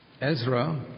Ezra